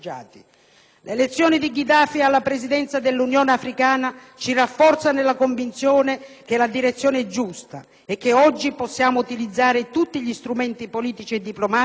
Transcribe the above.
L'elezione di Gheddafi alla presidenza dell'Unione Africana ci rafforza nella convinzione che la direzione è giusta e che, oggi, possiamo utilizzare tutti gli strumenti politici e diplomatici